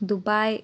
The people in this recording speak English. Dubai